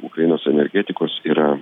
ukrainos energetikos yra